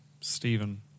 Stephen